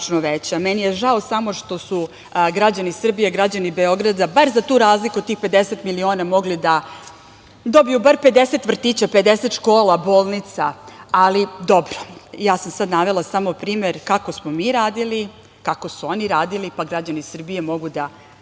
veća. Meni je žao samo što su građani Srbije, građani Beograda bar za tu razliku od tih 50 miliona mogli da dobiju bar 50 vrtića, 50 škola, bolnica, ali dobro. Ja sam sad navela samo primer kako smo mi radili, kako su oni radili, pa građani Srbije mogu da vide